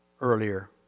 earlier